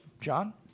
John